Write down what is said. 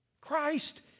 Christ